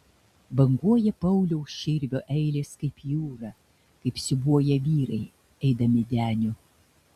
banguoja pauliaus širvio eilės kaip jūra kaip siūbuoja vyrai eidami deniu